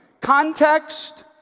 Context